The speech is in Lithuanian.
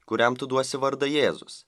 kuriam tu duosi vardą jėzus